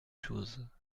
choses